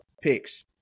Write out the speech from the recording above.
picks